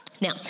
Now